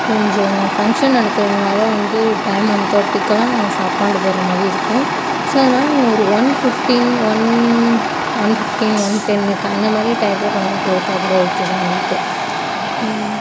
கொஞ்சம் ஃபங்க்ஷன் நடக்கறதுனால் வந்து டைம் ஒன் தேர்ட்டிக்கெலாம் நாங்கள் சாப்பாடு போடுகிற மாதிரி இருக்கும் ஸோ அதனால் நீங்கள் ஒரு one fifteen one one fifteen one டென்னுக்கு அந்த மாதிரி டையத்தில் கொண்டாந்து கொடுத்தாக்கூட ஓகே தான் எங்களுக்கு